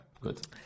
Good